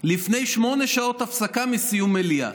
לפני שמונה שעות הפסקה מסיום מליאה.